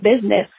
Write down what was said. business